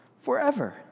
forever